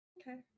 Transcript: Okay